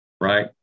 right